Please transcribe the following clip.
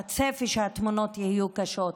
והצפי שהתמונות יהיו קשות.